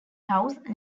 house